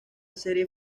serie